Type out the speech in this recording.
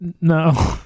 No